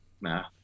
Nah